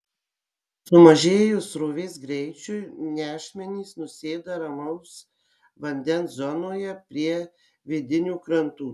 sumažėjus srovės greičiui nešmenys nusėda ramaus vandens zonoje prie vidinių krantų